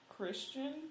Christian